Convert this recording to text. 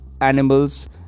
animals